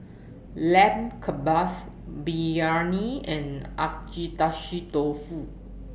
Lamb Kebabs Biryani and Agedashi Dofu